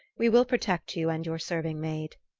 we will protect you and your serving-maid,